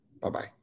Bye-bye